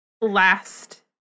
last